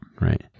Right